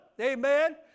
Amen